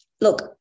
look